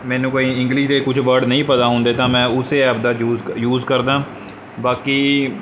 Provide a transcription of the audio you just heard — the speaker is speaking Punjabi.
ਮੈਨੂੰ ਕੋਈ ਇੰਗਲਿਸ਼ ਦੇ ਕੁਝ ਵਰਡ ਨਹੀਂ ਪਤਾ ਹੁੰਦੇ ਤਾਂ ਮੈਂ ਉਸੇ ਐਪ ਦਾ ਜੂਸ ਯੂਸ ਕਰਦਾ ਬਾਕੀ